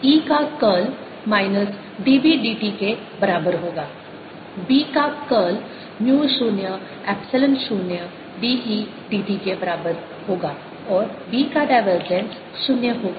E का curl minus d B d t के बराबर होगा B का curl mu 0 epsilon 0 d E d t के बराबर होगा और B का डाइवर्जेंस 0 होगा